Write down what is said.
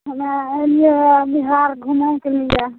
हमरा आओर अएलिए हँ बिहार घुमैके लिए